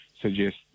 suggest